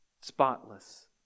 spotless